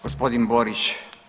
Gospodin Borić.